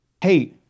Hey